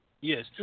Yes